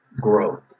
growth